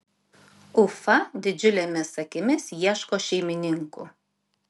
ufa didžiulėmis akimis ieško šeimininkų